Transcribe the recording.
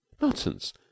Nonsense